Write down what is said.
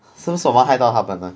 搜索完害到他本呢